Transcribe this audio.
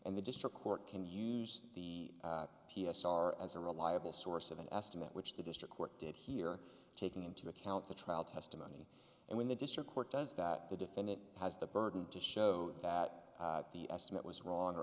and the district court can use the p s r as a reliable source of an estimate which the district court did hear taking into account the trial testimony and when the district court does that the defendant has the burden to show that the estimate was wrong or